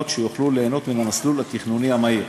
שיוכלו ליהנות מהמסלול התכנוני המהיר.